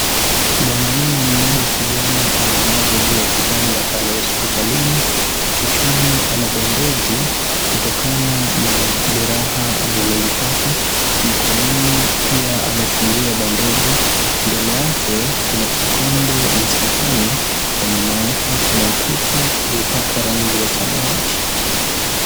Mwanaume mmoja kijana amelazwa juu ya kitanda pale hospitalini. Kichwani ana bendeji, kutokana na jeraha alilolipata. Mkononi pia amefungiwa bendeji. Mbele yake kuna kikombe na sahani, na nyuma yake kuna ukuta iliyopakwa rangi ya samawati.